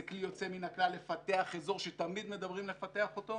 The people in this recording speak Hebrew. זה כלי יוצא מן הכלל לפתח אזור שתמיד מדברים על לפתח אותו,